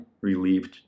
relieved